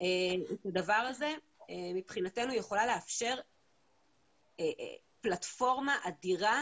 הדבר הזה, מבחינתי יכולה לאפשר פלטפורמה אדירה